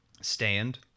stand